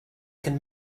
can